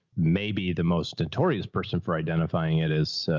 maybe the most notorious person for identifying it as a,